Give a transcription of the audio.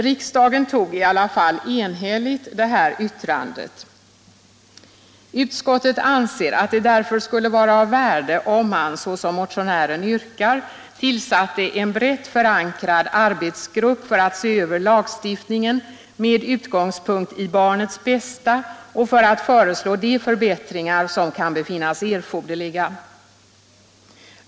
Riksdagen gjorde i alla fall enhälligt det här uttalandet: ”Utskottet anser att det därför skulle vara av värde om man, såsom motionären yrkar, tillsatte en brett förankrad arbetsgrupp för att se över lagstiftningen med utgångspunkt i barnets bästa och för att föreslå de förbättringar som kan befinnas erforderliga.